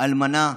אלמנה,